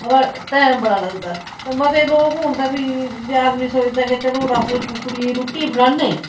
अवा टैम बड़ा लगदा ते मते लोक होन ते फ्ही जे आदमी सोचदा कि चलो हून अस कुकड़ियें दी रोटी बनान्ने